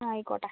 ആയിക്കോട്ടെ